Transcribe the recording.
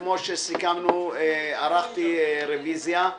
כפי שסיכמנו, ערכתי רביזיה.